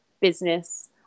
business